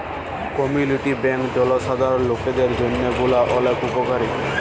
community bank জলসাধারল লকদের জন্হে গুলা ওলেক উপকারী